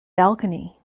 balcony